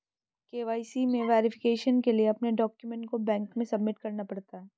KYC में verification के लिए अपने डाक्यूमेंट को बैंक में सबमिट करना पड़ता है